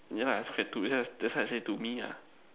yeah that's why I to that's why I say to me lah